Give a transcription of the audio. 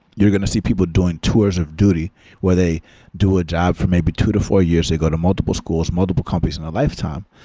you're going to see people doing two hours of duty where they do a job for maybe two to four years. they go to multiple schools, multiple companies in a lifetime.